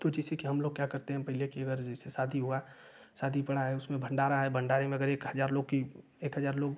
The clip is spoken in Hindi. तो जैसे कि हम लोग क्या करते है पहले कि अगर जैसे शादी हुआ शादी पड़ा है उसमें भंडारा है भंडारे में अगर एक हज़ार लोग कि एक हजार लोग